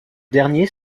dernier